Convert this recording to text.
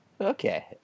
Okay